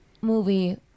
movie